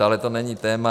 Ale to není téma.